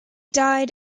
died